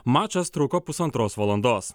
mačas truko pusantros valandos